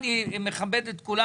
אני מכבד את כולם.